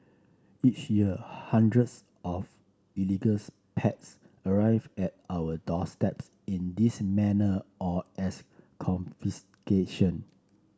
each year hundreds of illegals pets arrive at our doorsteps in this manner or as confiscation